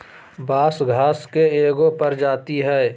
बांस घास के एगो प्रजाती हइ